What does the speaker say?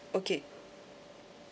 okay